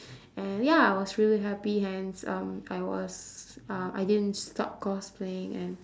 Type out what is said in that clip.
and ya I was really happy hence um I was uh I didn't stop cosplaying and